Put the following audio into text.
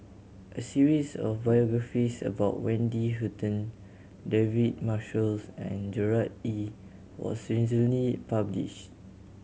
a series of biographies about Wendy Hutton David Marshalls and Gerard Ee was recently publish